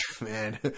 Man